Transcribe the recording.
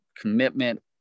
commitment